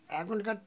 এখনকার